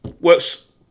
works